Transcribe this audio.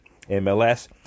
MLS